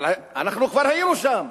אבל אנחנו כבר היינו שם,